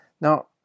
Now